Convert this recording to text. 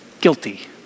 guilty